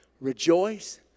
Rejoice